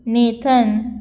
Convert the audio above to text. Nathan